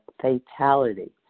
fatality